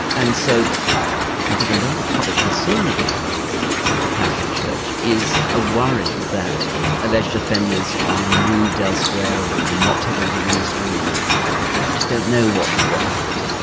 and so i think a lot of the public concern about the catholic church is a worry that alleged offenders are moved elsewhere or not taken out of ministry or people just don't know what what happens.